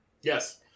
Yes